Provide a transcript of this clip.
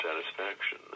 satisfaction